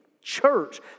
church